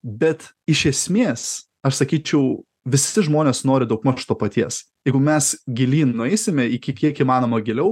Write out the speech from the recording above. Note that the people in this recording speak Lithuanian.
bet iš esmės aš sakyčiau visi žmonės nori daugmaž to paties jeigu mes gilyn nueisime iki kiek įmanoma giliau